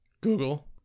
google